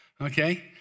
okay